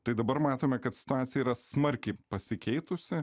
tai dabar matome kad situacija yra smarkiai pasikeitusi